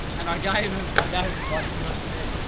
and i gave him both to him and then